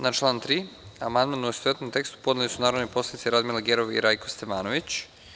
Na član 3. amandman u istovetnom tekstu podneli su narodni poslanici Radmila Gerov i Rajko Stefanović.